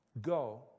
Go